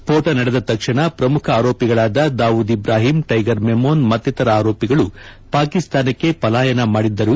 ಸ್ಪೋಟ ನಡೆದ ತಕ್ಷಣ ಪ್ರಮುಖ ಆರೋಪಿಗಳಾದ ದಾವೂದ್ ಇಬ್ರಾಹಿಂ ಟೈಗರ್ ಮೆಮೊನ್ ಮತ್ತಿತರ ಆರೋಪಿಗಳು ಪಾಕಿಸ್ತಾನಕ್ಕೆ ಪಲಾಯನ ಮಾಡಿದ್ದರು